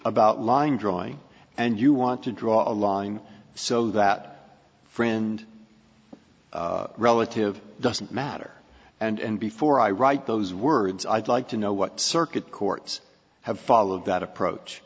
about line drawing and you want to draw a line so that friend relative doesn't matter and before i write those words i'd like to know what circuit courts have followed that approach